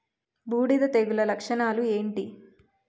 బూడిద తెగుల లక్షణాలు ఏంటి?